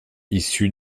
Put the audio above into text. issu